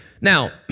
Now